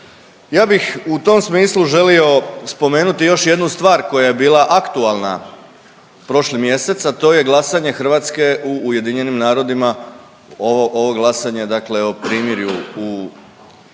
Ja bih u tom smislu želio spomenuti još jednu stvar koja je bila aktualna prošli mjesec, a to je glasanje Hrvatske u Ujedinjenim narodima, ovo, ovo glasanje dakle o primirju u Izraelu i